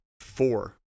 four